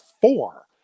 four